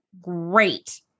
great